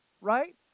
right